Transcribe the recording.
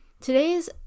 today's